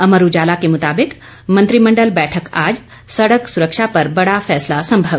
अमर उजाला के मुताबिक मंत्रिमंडल बैठक आज सड़क सुरक्षा पर बड़ा फैसला संभव